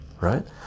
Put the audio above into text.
right